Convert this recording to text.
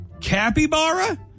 Capybara